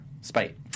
spite